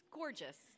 gorgeous